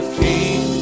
king